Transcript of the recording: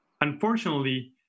Unfortunately